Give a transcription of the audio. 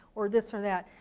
or this or that.